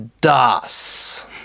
Das